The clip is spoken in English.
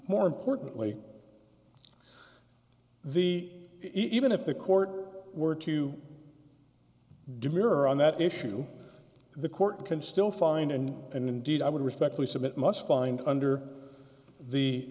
more importantly the even if the court were to demeanor on that issue the court can still find and and indeed i would respectfully submit must find under the